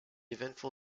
eventful